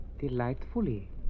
Delightfully